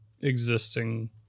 existing